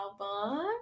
album